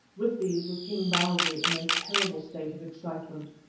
with these was king bausi, in a terrible state of excitement.